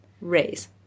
Raise